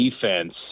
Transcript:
defense